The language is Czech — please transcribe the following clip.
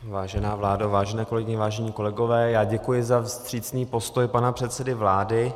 Vážená vládo, vážené kolegyně, vážení kolegové, děkuji za vstřícný postoj pana předsedy vlády.